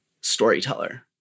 storyteller